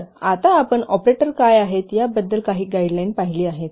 तर आता आपण ऑपरेटर काय आहेत याबद्दल काही गाईडलाईन पाहिली आहेत